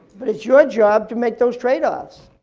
but it's your job to make those trade offs.